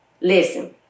Listen